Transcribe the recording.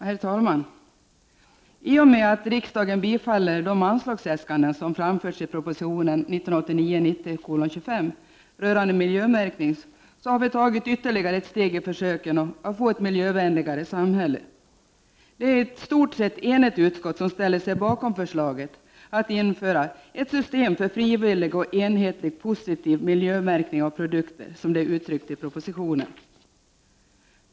Herr talman! I och med att riksdagen bifaller de anslagsäskanden som framförts i proposition 1989/90:25 rörande miljömärkning har vi tagit ytterligare ett steg i försöken att få ett miljövänligare samhälle. Det är ett i stort sett enigt utskott som ställer sig bakom förslaget att införa ett system för frivillig och enhetlig positiv miljömärkning av produkter, som det är uttryckt i propositionen.